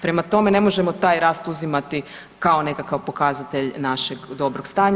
Prema tome, ne možemo taj rast uzimati kao nekakav pokazatelj našeg dobrog stanja.